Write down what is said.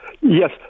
yes